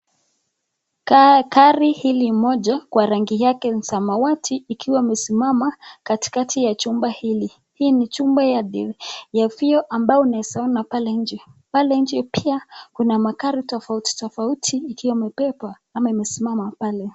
Gari hili moja Kwa rangi yake samawati akiwa amesimama katikati ya chumba hili, hii ni chumba ya viyoo ambayo unaeza ona pale nje, pale nje kuna magari tofauti tofauti ikiwa inapepa ama imesimama pale.